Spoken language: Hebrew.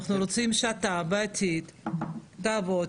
אנחנו רוצים שאתה בעתיד תעבוד,